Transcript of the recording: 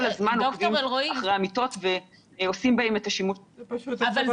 כל הזמן עוקבים אחרי המיטות ועושים בהן את השימוש --- זה מעוות,